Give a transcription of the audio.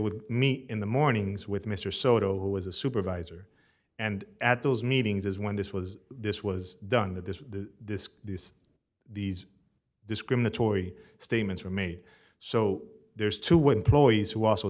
would meet in the mornings with mr soto who was a supervisor and at those meetings as when this was this was done that this this this these discriminatory statements were made so there's two wooden ploys who also